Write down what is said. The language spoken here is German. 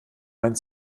meinen